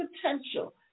potential